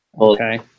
Okay